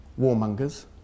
warmongers